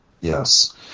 Yes